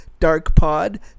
DARKPOD